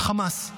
חמאס,